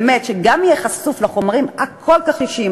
שגם יהיה חשוף לחומרים הכל-כך אישיים,